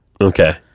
okay